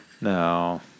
No